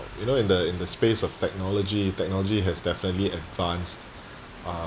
you know in the in the space of technology technology has definitely advanced